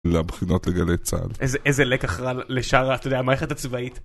לבחינות לגלי צה״ל. -איזה לקח רע לשאר אתה יודע, המערכת הצבאית